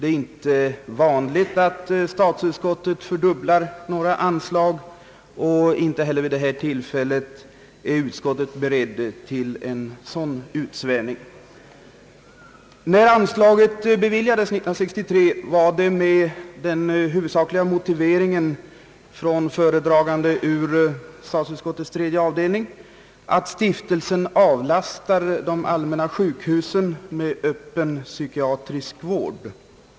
Det är dock inte vanligt att statsutskottet fördubblar några anslag, och inte heller vid detta tillfälle är utskottet berett till en sådan utsvävning. När anslaget beviljades år 1963 var det med den huvudsakliga motiveringen från statsutskottets tredje avdelning att stiftelsen avlastar de allmänna sjukhusen med öppen psykiatrisk vård.